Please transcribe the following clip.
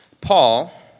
Paul